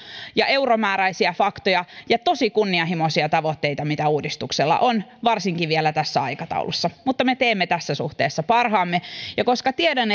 ja euromääräisiä faktoja ja tosi kunnianhimoisia tavoitteita mitä uudistuksella on varsinkin vielä tässä aikataulussa mutta me teemme tässä suhteessa parhaamme ja koska tiedän